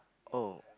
oh